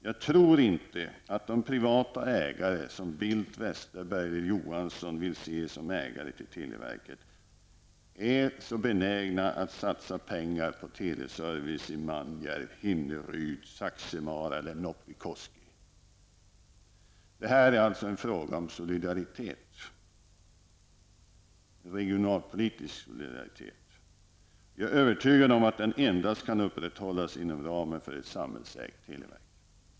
Jag tror inte att de privata ägare som Bildt, Westerberg och Johansson vill se som ägare till televerket är så benägna att satsa pengar på teleservice i Manjärv, Hinneryd eller Saxemara. Det här är en fråga om regionalpolitisk solidaritet. Jag är övertygad om att den endast kan upprätthållas inom ramen för ett samhällsägt televerk.